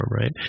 right